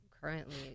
currently